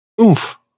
Oof